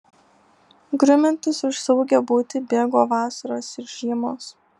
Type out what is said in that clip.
grumiantis už saugią būtį bėgo vasaros ir žiemos